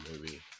movie